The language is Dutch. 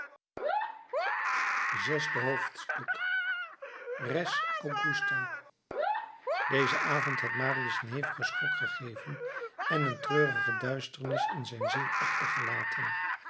zesde hoofdstuk res augusta deze avond had marius een hevigen schok gegeven en een treurige duisternis in zijn ziel achtergelaten